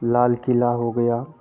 लाल क़िला हो गया